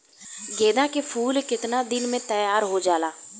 गेंदा के फूल केतना दिन में तइयार हो जाला?